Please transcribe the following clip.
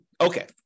Okay